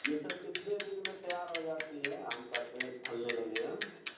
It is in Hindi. यह सब कितने दिन में तैयार हो जाती है आम का पेड़ फलने लगेगा